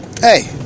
Hey